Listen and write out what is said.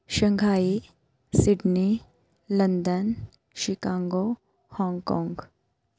Shanghai Sydney London Chicago hong-kong